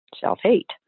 self-hate